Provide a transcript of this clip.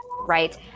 right